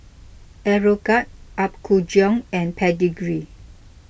Aeroguard Apgujeong and Pedigree